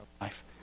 life